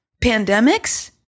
pandemics